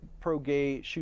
pro-gay